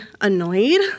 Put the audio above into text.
annoyed